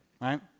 right